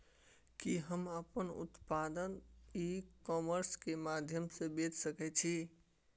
कि हम अपन उत्पाद ई कॉमर्स के माध्यम से बेच सकै छी?